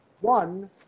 One